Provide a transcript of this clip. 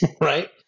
right